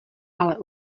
ale